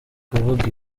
kuvuga